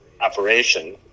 operation